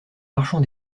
marchand